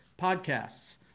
podcasts